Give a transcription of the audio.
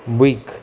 bleak